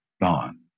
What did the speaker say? Gone